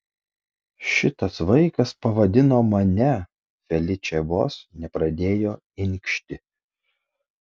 šitas vaikas pavadino mane feličė vos nepradėjo inkšti